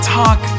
talk